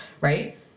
right